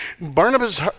Barnabas